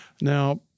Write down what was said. Now